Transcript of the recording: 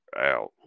Out